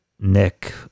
nick